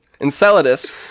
Enceladus